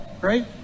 right